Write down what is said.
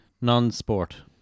non-sport